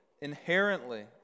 inherently